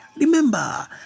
Remember